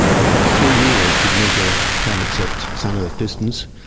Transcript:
it takes three years to measure planets at sun-earth distance,